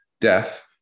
death